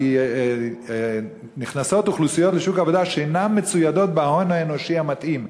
כי לשוק העבודה נכנסות אוכלוסיות שאינן מצוידות בהון האנושי המתאים.